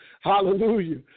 hallelujah